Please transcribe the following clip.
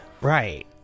Right